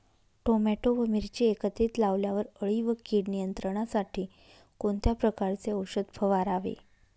Tomato व मिरची एकत्रित लावल्यावर अळी व कीड नियंत्रणासाठी कोणत्या प्रकारचे औषध फवारावे?